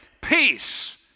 Peace